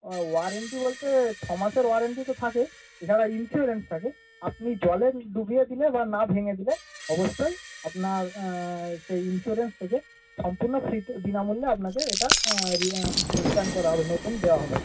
warranty বলতে ছমাসের warranty তো থাকেই এবারে ইনসিওরেন্স থাকে আপনি জলে ডুবিয়ে দিলে বা না ভেঙে দিলে অবশ্যই আপনার সেই ইনসিওরেন্স থেকে সম্পূর্ণ ফ্রিতে বিনামূল্যে আপনাকে এটা রিটার্ন করা হবে নতুন দেওয়া হবে